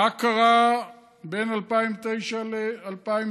מה קרה בין 2009 ל-2017?